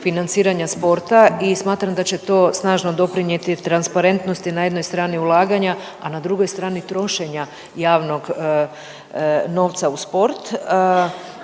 i smatram da će to snažno doprinijeti transparentnosti na jednoj strani ulaganja, a na drugoj strani trošenja javnog novca u sport.